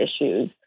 issues